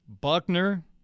Buckner